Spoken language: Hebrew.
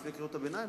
לפני קריאות הביניים,